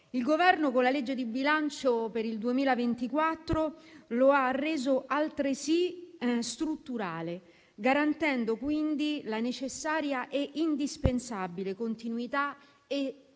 Il Governo, con la legge di bilancio per il 2024 lo ha reso altresì strutturale, garantendo la necessaria e indispensabile continuità e